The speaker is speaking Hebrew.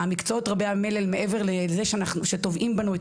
המקצועות רבי המלל מעבר לזה שטובעים בנו את